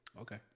Okay